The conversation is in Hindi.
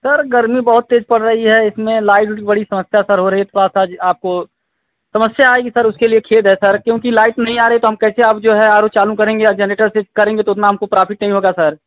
सर गर्मी बहुत तेज़ पड़ रही हे इसमें लाइट बड़ी समस्या सर हो रही हे थोड़ा सा ज आपको समस्या आई है उसके लिए खेद है सर क्योंकि लाइट नही आ रही है तो हम कैसे अब जो है आर ओ चालू करेंगे या जेनेटर से करेंगे तो उतना हमको प्राफ़िट नही होगा सर